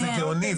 זה גאוני.